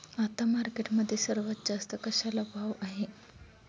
आता मार्केटमध्ये सर्वात जास्त कशाला भाव आहे?